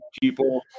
people